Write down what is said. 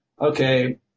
okay